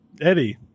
Eddie